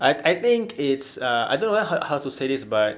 I I think it's uh I don't know how how to say this but